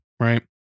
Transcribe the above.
Right